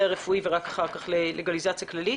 הרפואי ורק אחר כך לגליזציה כללית.